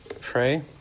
pray